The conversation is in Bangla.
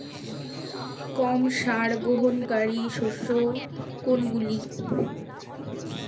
কম সার গ্রহণকারী শস্য কোনগুলি?